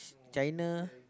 China